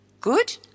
Good